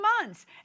months